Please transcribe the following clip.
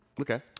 Okay